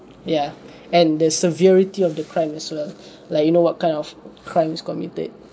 ya and the severity of the crime as well like you know what kind of crimes committed